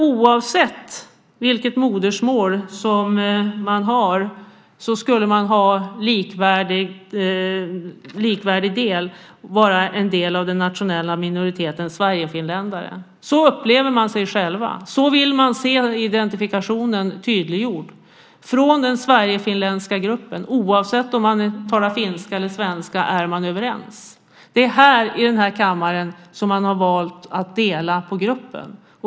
Oavsett vilket modersmål man har skulle man nämligen vara en likvärdig del, vara en del av den nationella minoriteten sverigefinländare. Så upplever man sig själv, och så vill man se identifikationen tydliggjord från den sverigefinländska gruppen. Oavsett om man talar finska eller om man talar svenska är man överens. Det är i denna kammare som man har valt att dela på gruppen.